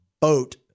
boat